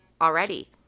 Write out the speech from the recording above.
already